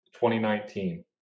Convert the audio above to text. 2019